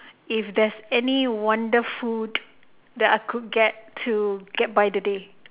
if there's any wonder food that I could get to get by the day